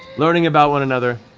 learning about one another,